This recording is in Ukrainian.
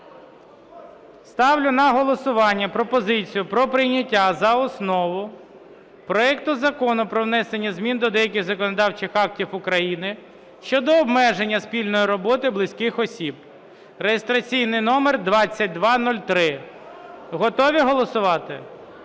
Ставлю на голосування пропозицію про прийняття за основу проекту Закону про внесення змін до деяких законодавчих актів України щодо обмеження спільної роботи близьких осіб (реєстраційний номер 2203). Готові голосувати?